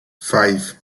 five